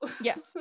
Yes